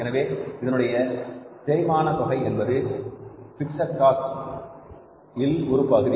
எனவே இதனுடைய தேய்மான தொகை என்பது பிக்ஸட் காஸ்ட் இல் ஒரு பகுதி